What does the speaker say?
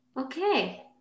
okay